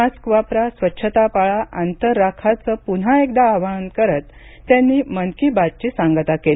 mask वापरा स्वच्छता पाळा अंतर राखाचं पुन्हा एकदा आवाहन करत त्यांनी मन की बात ची सांगता केली